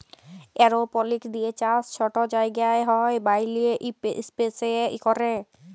এরওপলিক্স দিঁয়ে চাষ ছট জায়গায় হ্যয় ব্যইলে ইস্পেসে ক্যরে